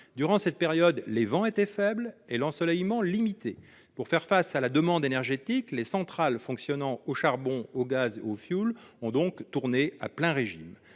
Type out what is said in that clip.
Durant cette période, les vents étaient faibles et l'ensoleillement limité. Pour faire face à la demande énergétique, les centrales fonctionnant au charbon, au gaz ou au fioul ont donc tourné à plein régime.